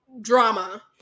drama